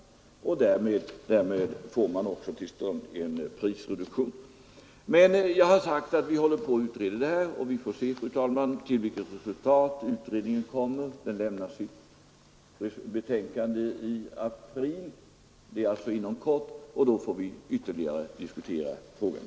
Därmed får man i regel till stånd en prisreduktion. Men jag har sagt att det pågår en utredning om detta, och vi får se till vilket resultat den utredningen kommer. Den lämnar sitt betänkande i april, alltså inom kort, och sedan får vi ytterligare diskutera frågan.